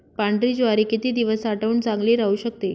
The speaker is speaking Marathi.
पांढरी ज्वारी किती दिवस साठवून चांगली राहू शकते?